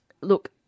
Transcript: Look